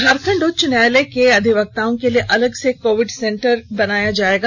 झारखंड उच्च न्यायालय के अधिवक्ताओं के लिए अलग से कोविड केयर सेंटर बनाया जाएगा